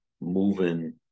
moving